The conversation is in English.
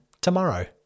tomorrow